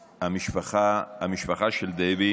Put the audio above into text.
המשפחה, המשפחה של דבי,